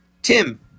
Tim